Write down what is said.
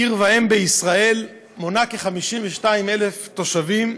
עיר ואם בישראל, מונה כ-52,000 תושבים,